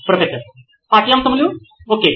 professor పాఠ్యాంశములు okay